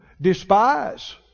despise